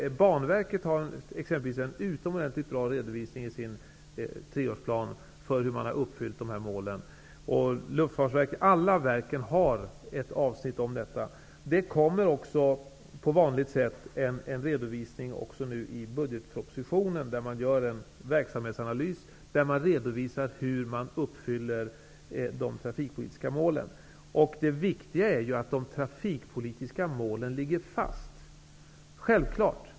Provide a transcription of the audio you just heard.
Banverket har exempelvis en utomordentligt bra redovisning i sin treårsplan av hur målet har uppfyllts. Alla verk har ett avsnitt om detta. Det kommer också på vanligt sätt en redovisning i budgetpropositionen, med en verksamhetsanalys och redovisning av hur de trafikpolitiska målen har uppfyllts. Det viktiga är att de trafikpolitiska målen ligger fast. Det är självklart.